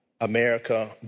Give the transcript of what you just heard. America